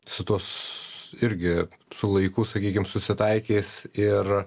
su tuos irgi su laiku sakykim susitaikys ir